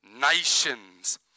nations